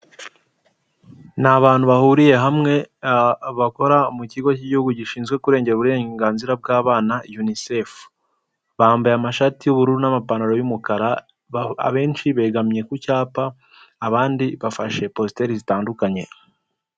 Ni abantu bahuriye hamwe bakora mu kigo cy'igihugu gishinzwe kurengera uburenganzira bw'abana yunisefu, bambaye amashati y'ubururu n'amapantaro y'umukara abenshi begamye ku cyapa abandi bafashe positeri zitandukanye.